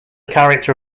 character